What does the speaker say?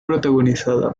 protagonizada